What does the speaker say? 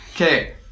okay